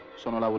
someone